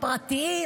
הפרטיים,